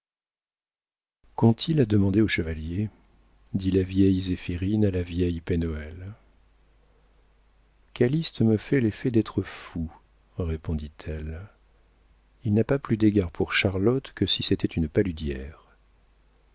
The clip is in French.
qu'ont-ils à demander au chevalier dit la vieille zéphirine à la vieille pen hoël calyste me fait l'effet d'être fou répondit-elle il n'a pas plus d'égard pour charlotte que si c'était une paludière la